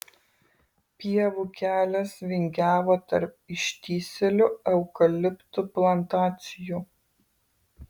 pievų kelias vingiavo tarp ištįsėlių eukaliptų plantacijų